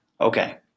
Okay